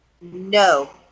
No